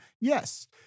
Yes